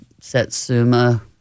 Setsuma